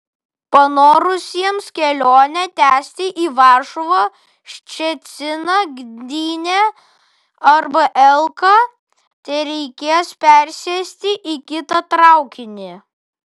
panorusiems kelionę tęsti į varšuvą ščeciną gdynę arba elką tereikės persėsti į kitą traukinį